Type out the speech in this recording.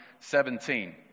17